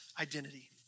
identity